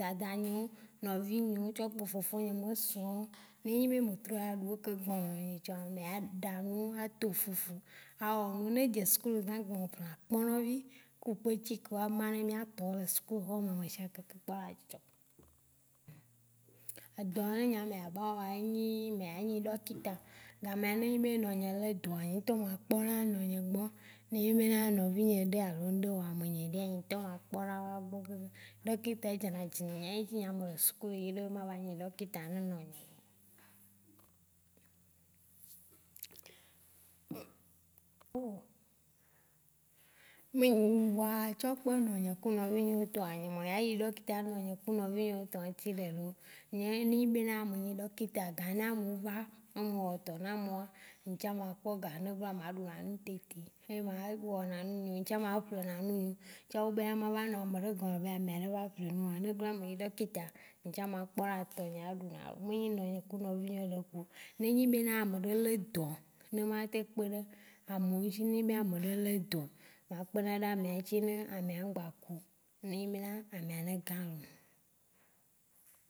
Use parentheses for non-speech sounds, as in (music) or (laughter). dada nye wo, nɔvi nyeo tsɔ kple fofo nye ŋsuɔ wo. Ne enyi be me trɔa ɖeo ke gbɔnɔ nyitsɔa me ya ɖanu, a to fufu, a wɔnu ne edze sukulu (untintelligible) me ƒle na akpɔnɔ vi ke kpetsike wo va ma ne mía tɔ wo le suku hɔme shigbe ŋkeke kpɔa dzidzɔ. Edɔ ne nyea mea a wɔa e nyi ɖɔkita. Gamea ne enyi be nɔ nye le dɔa nye ŋtɔ ma kpɔna enɔ nye gbɔ. Ne enyiɛbe ne na nɔvi nye ɖe alo ŋɖe wɔ ame nye ɖe nye ŋtɔ ma kpɔ ɖa wa keke. Ɖɔkita e dzɔna dzi nam etsi ye mle sukulu yi ɖe ma va nyi ɖɔkita na nɔ nye lo. (hesitation) Me nye woa tsɔ kple nɔ nye (untintelligible) tɔa nye me a yi ɖɔkita enɔ nye ku nɔvi nyeo tɔ eŋtsi le, ne enyi be na me nyi ɖɔkita ne ame wo va ne me wɔ dɔ na ameoa ŋtsã ma kpɔ ga ne va ma ɖu lã ŋtete, e ma wɔna nu nyeo, ŋtsã ma ƒle na nu nye wo. Tsã o be na ma va nɔ ameɖe gɔme ne amea ne va ƒle nu, ne gloa me nyi ɖɔkita, ŋtsã ma kpɔna tɔ a ɖuna nu. Me nye nɔ nye ku nɔvio kpo. Ne enyi be na ameɖe ledɔa ne ma te kpeɖe amewo tsi, ne enyi be ameɖe ledɔa ma kpeɖa na amea ŋtsi ne amea ŋgba kuo. Ne enyi be na amea dalɔ̃a